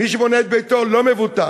אמר: אין כזה דבר "לא יכולים למצוא",